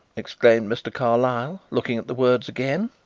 exclaimed mr. carlyle, looking at the words again,